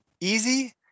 easy